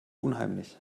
unheimlich